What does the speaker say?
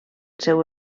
seu